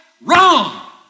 Wrong